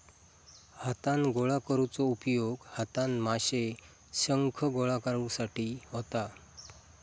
हातान गोळा करुचो उपयोग हातान माशे, शंख गोळा करुसाठी होता